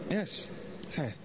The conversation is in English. Yes